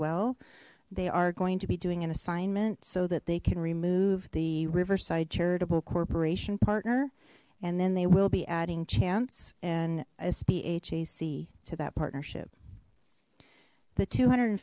well they are going to be doing an assignment so that they can remove the riverside charitable corporation partner and then they will be adding chance and sba chasey to that partnership the two hundred and